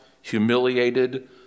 humiliated